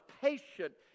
patient